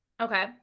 okay